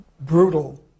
brutal